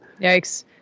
Yikes